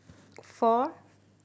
four